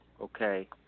Okay